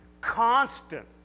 constant